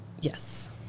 Yes